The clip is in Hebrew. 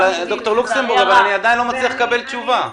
ד"ר לוקסמבורג, אני עדיין לא מצליח לקבל תשובה.